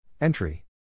Entry